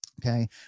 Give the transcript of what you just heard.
Okay